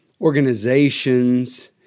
organizations